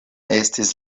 estis